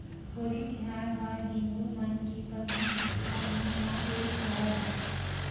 होरी तिहार ह हिदू मन के परमुख तिहार मन म एक हरय